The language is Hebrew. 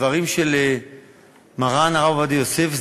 הדברים של מרן הרב עובדיה יוסף,